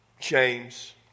James